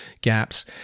gaps